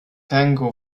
tango